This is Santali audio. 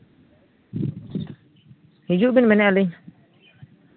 ᱦᱤᱡᱩᱜ ᱵᱮᱱ ᱢᱮᱱ ᱮᱫᱟ ᱞᱤᱧ